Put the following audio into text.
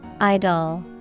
Idol